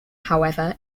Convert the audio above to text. however